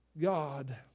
God